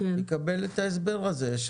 יקבל את ההסבר הזה.